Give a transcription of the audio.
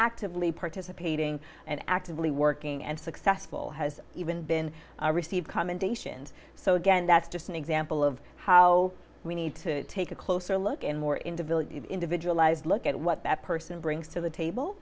actively participating and actively working and successful has even been received commendations so again that's just an example of how we need to take a closer look and more into village individualized look at what that person brings to the table